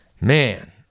Man